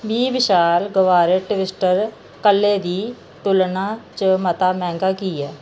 बी विशाल गुबारे ट्विस्टर कल्लै दी तुलना च मता मैंह्गा की ऐ